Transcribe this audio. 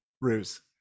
ruse